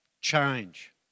change